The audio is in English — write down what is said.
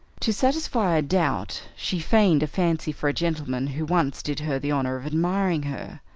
to satisfy a doubt, she feigned a fancy for a gentleman who once did her the honor of admiring her,